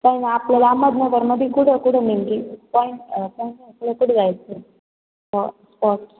पण आपल्याला अहमदनगरमध्ये कुठं कुठं नेमके पॉईंट पॉईंट कुठे कुठे जायचं स्पॉट्स